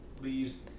leaves